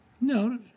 No